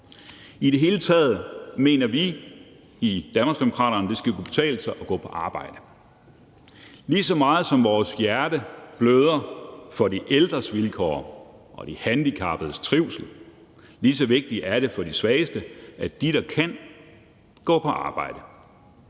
I det hele taget mener vi i Danmarksdemokraterne, at det skal kunne betale sig at gå på arbejde. Lige så meget som vores hjerte bløder for de ældres vilkår og de handicappedes trivsel, lige så vigtigt er det for de svageste, at de, der kan, går på arbejde.